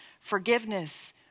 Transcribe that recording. Forgiveness